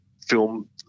film